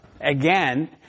again